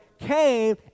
came